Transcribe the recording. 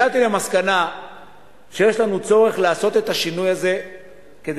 הגעתי למסקנה שיש לנו צורך לעשות את השינוי הזה כדי